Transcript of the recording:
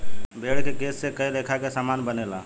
भेड़ के केश से कए लेखा के सामान बनेला